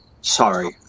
Sorry